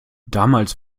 damals